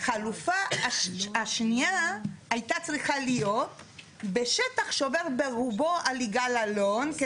החלופה השנייה הייתה צריכה להיות בשטח שעובר ברובו על יגאל אלון,